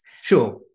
Sure